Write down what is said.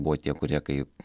buvo tie kurie kaip